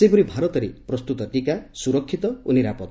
ସେହିପରି ଭାରତରେ ପ୍ରସ୍ତୁତ ଟିକା ସୁରକ୍ଷିତ ଓ ନିରାପଦ